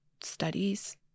studies